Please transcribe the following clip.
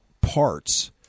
parts